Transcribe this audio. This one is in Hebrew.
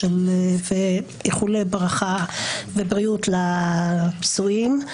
ואיחולי ברכה ובריאות לפצועים.